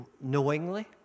knowingly